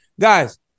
Guys